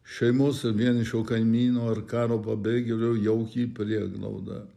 šeimos vienišų kaimynų ar karo pabėgėlio jauki prieglauda